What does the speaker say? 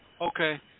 Okay